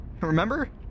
Remember